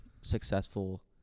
successful